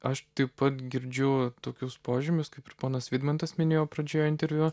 aš taip pat girdžiu tokius požymius kaip ir ponas vidmantas minėjo pradžioje interviu